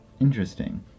Interesting